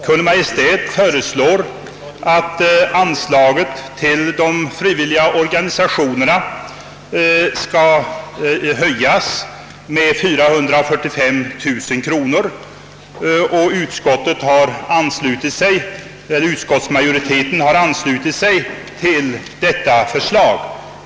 Kungl. Maj:t föreslår att anslaget till de frivilliga organisationerna skall höjas med 445 000 kronor, och utskottsmajoriteten har anslutit sig till detta förslag.